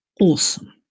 awesome